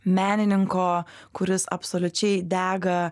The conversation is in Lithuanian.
menininko kuris absoliučiai dega